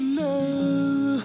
love